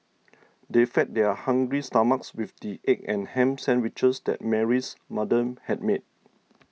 they fed their hungry stomachs with the egg and ham sandwiches that Mary's mother had made